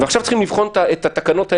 ועכשיו צריך לבחון את התקנות האלה,